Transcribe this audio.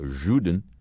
Juden